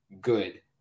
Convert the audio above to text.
good